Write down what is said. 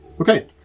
Okay